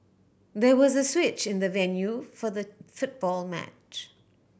there was a switch in the venue for the football match